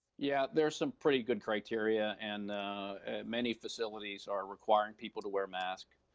yeah, there's some pretty good criteria and many facilities are requiring people to wear masks.